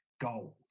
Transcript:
gold